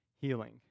healing